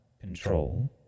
Control